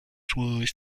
szłaś